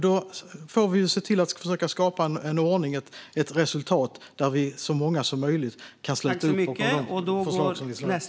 Då får vi se till att försöka skapa en ordning och ett resultat där så många som möjligt av förslagen tas upp.